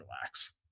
relax